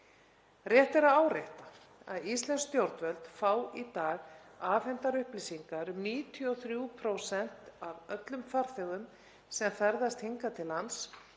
Rétt er að árétta að íslensk stjórnvöld fá í dag afhentar upplýsingar um 93% af öllum farþegum sem ferðast hingað til lands